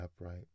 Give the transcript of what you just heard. upright